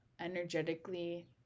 energetically